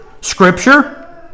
Scripture